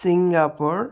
Singapore